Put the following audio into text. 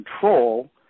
control –